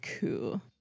cool